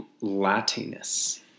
Latinus